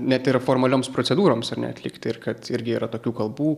net ir formalioms procedūroms ar ne atlikti ir kad irgi yra tokių kalbų